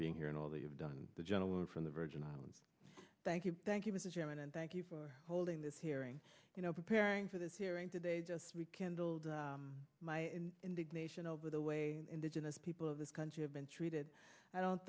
being here and all that you've done the gentleman from the virgin islands thank you thank you mr chairman and thank you for holding this hearing you know preparing for this hearing today just we candled my indignation over the way indigenous people of this country have been treated i don't